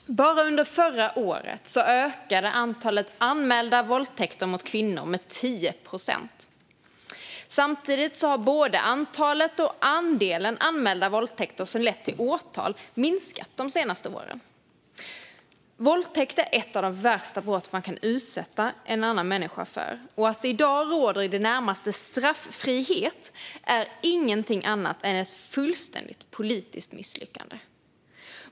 Fru talman! Bara under förra året ökade antalet anmälda våldtäkter mot kvinnor med 10 procent. Samtidigt har både antalet och andelen anmälda våldtäkter som lett till åtal minskat de senaste åren. Våldtäkt är ett av de värsta brott som man kan utsätta en människa för. Att det i dag råder i det närmaste straffrihet är ingenting annat än ett fullständigt politiskt misslyckande.